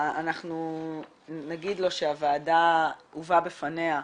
אנחנו נגיד לו שהובא בפני הוועדה